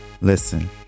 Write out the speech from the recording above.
Listen